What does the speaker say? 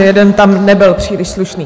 Jeden tam nebyl příliš slušný.